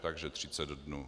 Takže 30 dnů.